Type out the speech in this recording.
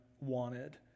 wanted